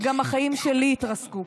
גם החיים שלי התרסקו,